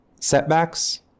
Setbacks